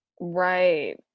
Right